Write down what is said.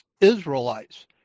Israelites